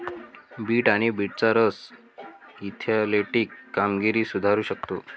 bit आणि बीटचा रस ऍथलेटिक कामगिरी सुधारू शकतो